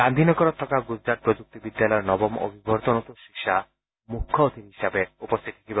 গান্ধী নগৰত থকা গুজৰাট প্ৰযুক্তি বিশ্ববিদ্যালয়ৰ নৱম অভিৱৰ্তনটো শ্ৰী শ্বাহ মুখ্য অতিথি হিচাপে উপস্থিত থাকিব